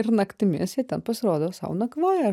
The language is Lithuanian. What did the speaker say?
ir naktimis jie ten pasirodo sau nakvoja